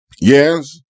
yes